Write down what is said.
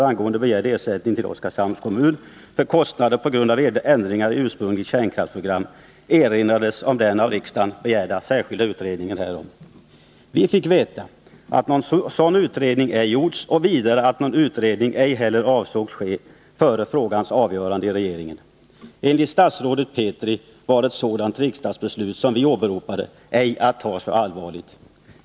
angående begärd ersättning till Oskarshamns kommun för kostnader p gra ändringar i ursprungligt kärnkraftsprogram, erinrades om den av riksdagen begärda särskilda utredningen härom. Vi fick veta att någon sådan utredning ej gjorts och vidare att någon utredning ej heller avsågs ske före frågans avgörande i regeringen. Enligt statsrådet Petri var ett sådant riksdagsbeslut som vi åberopade ej att ta så allvarligt.